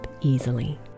easily